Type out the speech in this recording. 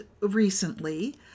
recently